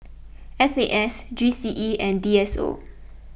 F A S G C E and D S O